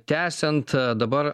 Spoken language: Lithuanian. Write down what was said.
tęsiant dabar